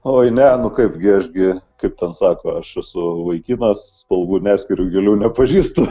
oi ne nu kaipgi aš gi kaip ten sako aš esu vaikinas spalvų neskiriu gėlių nepažįstu